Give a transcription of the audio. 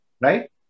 Right